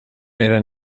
era